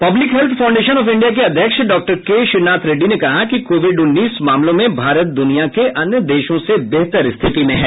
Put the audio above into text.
public health foundation of India के अध्यक्ष डॉ के श्रीनाथ रेड्डी ने कहा कि कोविड उन्नीस मामलों में भारत दुनिया के अन्य देशों से बेहतर स्थिति में है